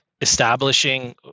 establishing